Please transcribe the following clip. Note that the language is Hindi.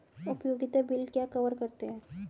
उपयोगिता बिल क्या कवर करते हैं?